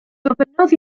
gofynnodd